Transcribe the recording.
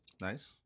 Nice